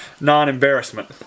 non-embarrassment